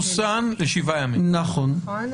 נכון.